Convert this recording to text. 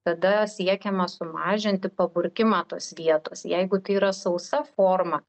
tada siekiama sumažinti paburkimą tos vietos jeigu tai yra sausa forma